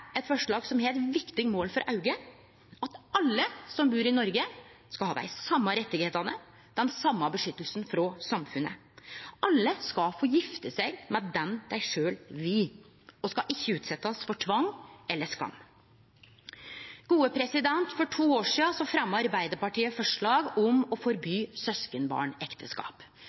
eit forslag som har eitt viktig mål for auget: at alle som bur i Noreg, skal ha dei same rettane, den same beskyttelsen frå samfunnet. Alle skal få gifte seg med den dei sjølv vil, og skal ikkje utsetjast for tvang eller skam. For to år sidan fremja Arbeidarpartiet forslag om å forby søskenbarnekteskap.